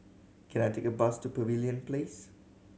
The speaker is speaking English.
can I take a bus to Pavilion Place